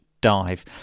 dive